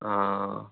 हाँ